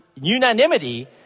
unanimity